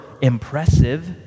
impressive